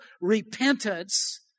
repentance